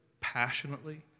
passionately